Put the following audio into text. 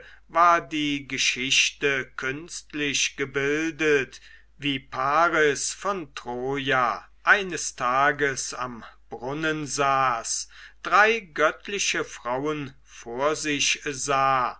war die geschichte künstlich gebildet wie paris von troja eines tages am brunnen saß drei göttliche frauen vor sich sah